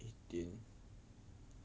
一点